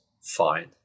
Fine